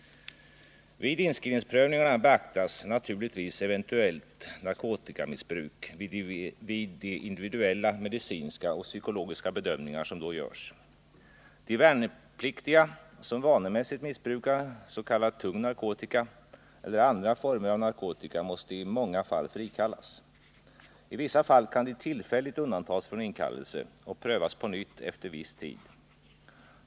Vid inskrivningsprövningarna beaktas naturligtvis eventuellt narkotikamissbruk vid de individuella medicinska och psykologiska bedömningar som då görs. De värnpliktiga som vanemässigt missbrukar s.k. tung narkotika eller andra former av narkotika måste i många fall frikallas. I vissa fall kan de tillfälligt undantas från inkallelse och prövas på nytt efter viss tid.